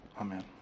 amen